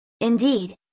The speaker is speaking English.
Indeed